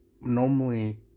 normally